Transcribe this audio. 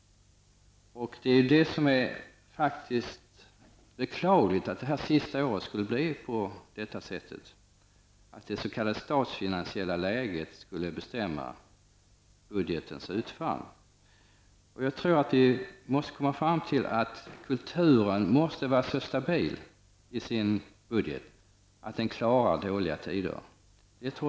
Det är beklagligt att det senaste året skulle bli på det sättet, att det s.k. statsfinansiella läget skulle bestämma budgetens utfall. Jag tror att vi måste komma fram till att kulturens budget skall vara så stabil att den klarar dåliga tider.